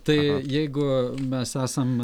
tai jeigu mes esam